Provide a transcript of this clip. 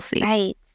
Right